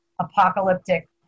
apocalyptic